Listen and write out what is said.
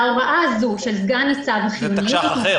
ההוראה הזו של סגן-ניצב --- זה תקש"ח אחר.